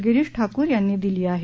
गिरीष ठाकूर यांनी दिली आहे